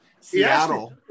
Seattle